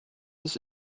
ist